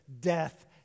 death